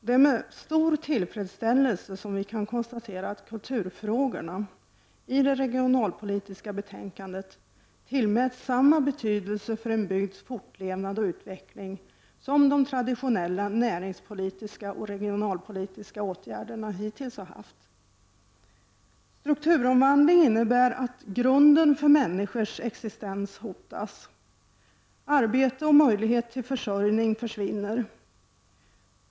Det är med stor tillfredsställelse som vi kan konstatera att kulturfrågorna i det regionalpolitiska betänkandet tillmäts samma betydelse för en bygds fortlevnad och utveckling som de traditionella näringspolitiska och regionalpolitiska åtgärderna hittills har haft. Strukturomvandling innebär att grunden för människors existens hotas. Arbete och möjlighet till försörjning försvinner.